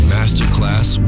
Masterclass